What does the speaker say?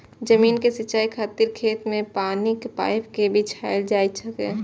जमीन के सिंचाइ खातिर खेत मे पानिक पाइप कें बिछायल जाइ छै